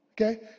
Okay